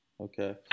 okay